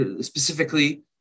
specifically